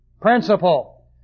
Principle